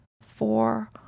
four